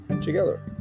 together